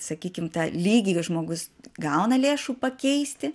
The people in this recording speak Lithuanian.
sakykim tą lygį žmogus gauna lėšų pakeisti